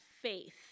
faith